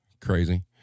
crazy